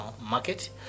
market